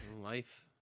life